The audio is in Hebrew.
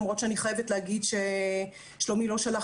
למרות שאני חייבת להגיד ששלומי לא שלח